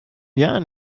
jahren